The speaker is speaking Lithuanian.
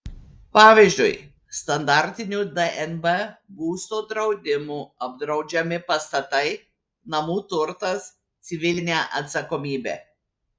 pavyzdžiui standartiniu dnb būsto draudimu apdraudžiami pastatai namų turtas civilinė atsakomybė